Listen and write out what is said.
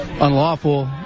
unlawful